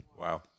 Wow